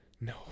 No